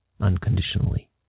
unconditionally